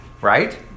Right